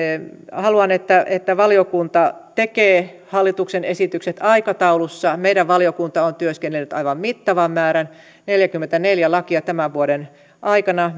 haluan että että valiokunta tekee hallituksen esitykset aikataulussa meidän valiokunta on työskennellyt aivan mittavan määrän neljäkymmentäneljä mietintöä tämän vuoden aikana